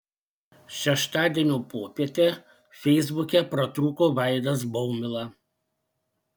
šeštadienio popietę feisbuke pratrūko vaidas baumila